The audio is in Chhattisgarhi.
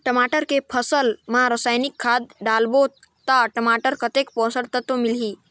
टमाटर के फसल मा रसायनिक खाद डालबो ता टमाटर कतेक पोषक तत्व मिलही?